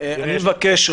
אני מבקש,